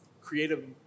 creative